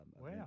Wow